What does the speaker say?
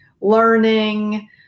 learning